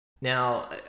Now